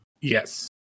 yes